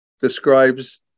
describes